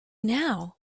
now